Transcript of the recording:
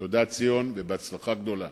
תודה, ציון, ובהצלחה רבה.